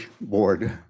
board